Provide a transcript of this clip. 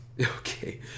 Okay